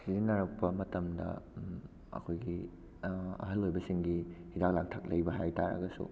ꯁꯤꯖꯤꯟꯅꯔꯛꯄ ꯃꯇꯝꯗ ꯑꯩꯈꯣꯏꯒꯤ ꯑꯍꯜ ꯑꯣꯏꯕꯁꯤꯡꯒꯤ ꯍꯤꯗꯥꯛ ꯂꯥꯡꯊꯛ ꯂꯩꯕ ꯍꯥꯏ ꯇꯥꯔꯒꯁꯨ